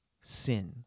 sin